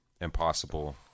impossible